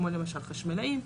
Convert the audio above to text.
כמו למשל חשמלאים,